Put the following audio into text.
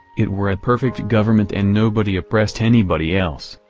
it were a perfect government and nobody oppressed anybody else,